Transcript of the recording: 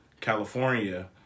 California